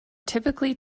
typically